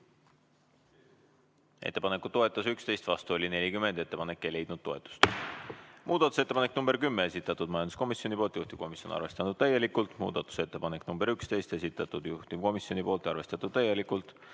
Ettepanekut toetas 11, vastu oli 40. Ettepanek ei leidnud toetust. Muudatusettepanek nr 10, esitanud majanduskomisjon, juhtivkomisjon on arvestanud täielikult. Muudatusettepanek nr 11, esitanud juhtivkomisjon, arvestatud täielikult.